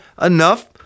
enough